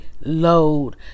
load